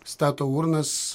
stato urnas